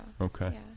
Okay